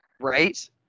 right